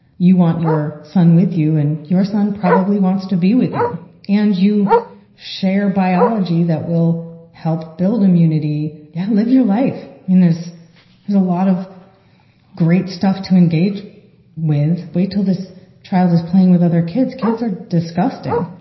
you want your son with you and your son probably wants to be with you and you share biology that will help build immunity. yeah, live your life. there's there's a lot of great stuff to engage with. wait till this child is playing with other kids. kids are disgusting.